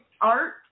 art